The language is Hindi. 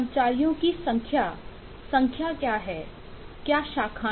कर्मचारियों की संख्या की संख्या क्या है क्या शाखाएं हैं